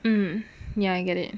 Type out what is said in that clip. mm ya I get it